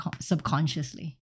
subconsciously